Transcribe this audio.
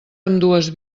ambdues